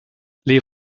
les